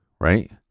right